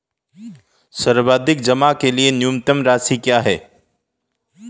सावधि जमा के लिए न्यूनतम राशि क्या है?